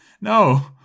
No